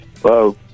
Hello